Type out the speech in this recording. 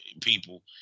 people